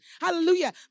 Hallelujah